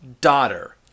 Daughter